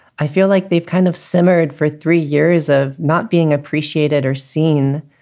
i feel like they've kind of simmered for three years of not being appreciated or seen.